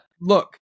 look